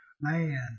Man